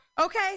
Okay